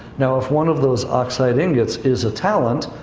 now, if one of those oxide ingots is a talent,